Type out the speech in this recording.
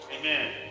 Amen